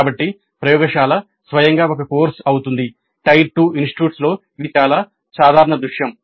కాబట్టి ప్రయోగశాల స్వయంగా ఒక కోర్సు అవుతుంది ఇది టైర్ 2 ఇన్స్టిట్యూట్స్లో సర్వసాధారణమైన దృశ్యం